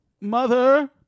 mother